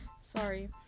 Sorry